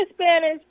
Spanish